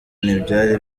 ntibyari